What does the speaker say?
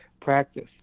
practice